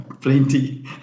Plenty